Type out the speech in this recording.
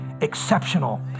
exceptional